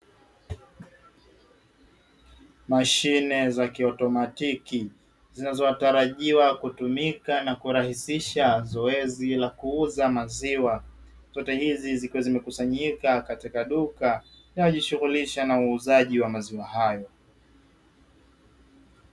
Mashine za kiautomatiki zinazotarajiwa kutumika na kurahisisha zoezi la kuuza maziwa, zote hizi zimekusanyika katika duka linalojishugulisha na uuzaji wa maziwa hayo.